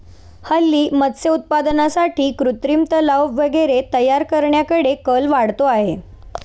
हल्ली मत्स्य उत्पादनासाठी कृत्रिम तलाव वगैरे तयार करण्याकडे कल वाढतो आहे